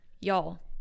Y'all